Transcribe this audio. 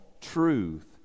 truth